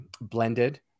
Blended